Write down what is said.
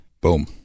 Boom